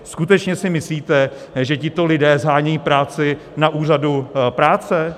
Skutečně si myslíte, že tito lidé shánějí práci na úřadu práce?